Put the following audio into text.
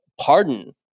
pardon